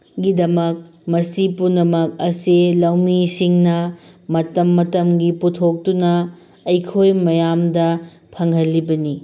ꯒꯤꯗꯃꯛ ꯃꯁꯤ ꯄꯨꯝꯅꯃꯛ ꯑꯁꯦ ꯂꯧꯃꯤꯁꯤꯡꯅ ꯃꯇꯝ ꯃꯇꯝꯒꯤ ꯄꯨꯊꯣꯛꯇꯨꯅ ꯑꯩꯈꯣꯏ ꯃꯌꯥꯝꯗ ꯐꯪꯍꯜꯂꯤꯕꯅꯤ